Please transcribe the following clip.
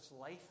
life